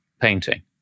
painting